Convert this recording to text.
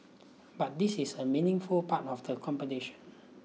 but this is a meaningful part of the competition